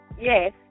Yes